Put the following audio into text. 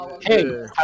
hey